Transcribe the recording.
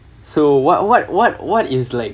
so what what what what is like